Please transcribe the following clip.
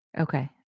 Okay